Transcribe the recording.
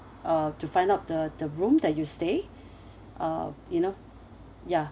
uh to find out the the room that you stay uh you know ya